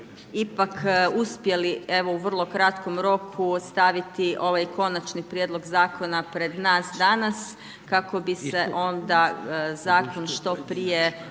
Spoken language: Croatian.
ipak uspjeli, evo, u vrlo kratkom roku ostaviti ovaj Konačni prijedlog zakona pred nas danas kako bi se onda zakon što prije